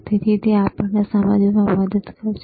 તેથી તે આપણને સમજવામાં મદદ કરશે